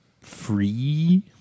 free